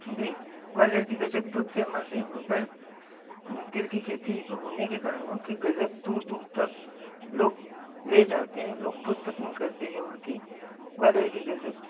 भी ग्वालियर की गज़क बहुत फेमस है वहाँ पर तिल की खेती होने के कारण वहाँ की गज़क दूर दूर तक लोग ले जाते हैं लोग बहुत पसंद करते हैं वहाँ की ग्वालियर की गज़क को